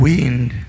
Wind